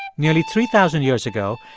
nearly three thousand years ago,